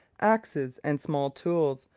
axes and small tools,